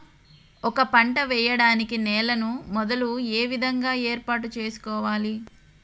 ఒక పంట వెయ్యడానికి నేలను మొదలు ఏ విధంగా ఏర్పాటు చేసుకోవాలి?